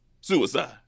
suicide